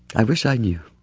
i wish i knew.